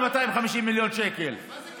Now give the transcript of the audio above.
התחילו לעבוד מ-250 מיליון שקל, מה זה קשור?